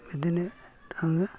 बिदिनो थाङो